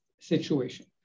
situation